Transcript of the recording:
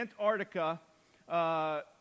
Antarctica